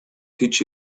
teach